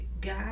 God